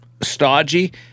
stodgy